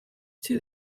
two